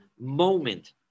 moment